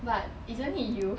but isn't it you